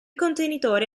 contenitore